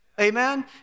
Amen